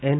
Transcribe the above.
N